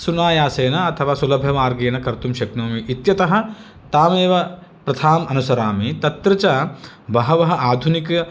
सुनायासेन अथवा सुलभमार्गेन कर्तुं शक्नोमि इत्यतः तामेव प्रथाम् अनुसरामि तत्र च बहवः आधुनिक